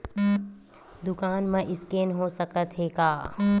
दुकान मा स्कैन हो सकत हे का?